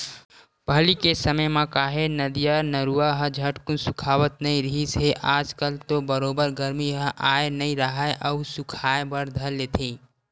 पहिली के समे म काहे नदिया, नरूवा ह झटकून सुखावत नइ रिहिस हे आज कल तो बरोबर गरमी ह आय नइ राहय अउ सुखाय बर धर लेथे